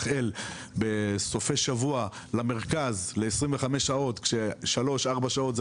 אל בסופי שבוע למרכז ל-25 שעות כש-3-4 שעות זה